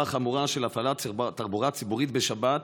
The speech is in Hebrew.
חמורה של הפעלת תחבורה ציבורית בשבת,